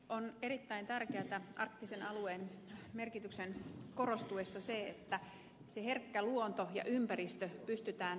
on erittäin tärkeätä arktisen alueen merkityksen korostuessa se että se herkkä luonto ja ympäristö pystytään turvaamaan